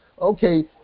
okay